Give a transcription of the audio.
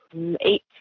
eight